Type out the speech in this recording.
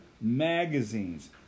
magazines